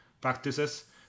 practices